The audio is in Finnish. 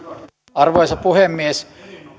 arvoisa puhemies